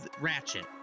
Ratchet